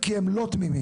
כי הם לא תמימים.